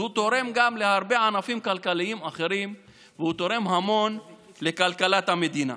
הוא תורם להרבה ענפים כלכליים אחרים והוא גם תורם המון לכלכלת המדינה.